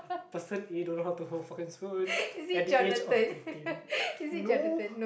person A don't know how to hold fork and spoon at the age of eighteen no